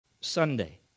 Sunday